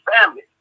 family